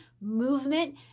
movement